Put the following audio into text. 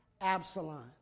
Absalom